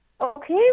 Okay